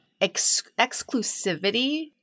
exclusivity